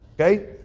okay